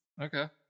okay